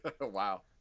Wow